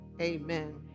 amen